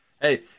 Hey